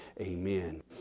amen